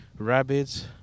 rabbits